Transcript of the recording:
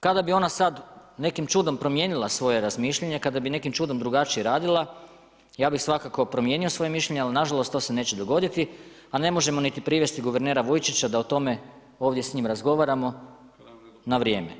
Kada bi ona sada nekim čudom promijenila svoje razmišljanje, kada bi nekim čudom drugačije radila ja bih svakako promijenio svoje mišljenje, ali na žalost to se neće dogoditi, a ne možemo niti privesti guvernera Vujčića da o tome ovdje s njim razgovaramo na vrijeme.